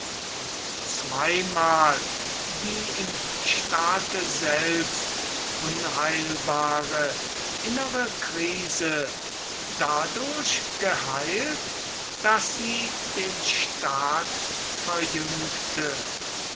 und zweimal die im staate selbst unheilbare innere krise dadurch geheilt daß sie den staat verjüngte